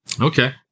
Okay